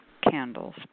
candles